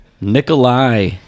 Nikolai